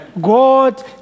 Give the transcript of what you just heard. God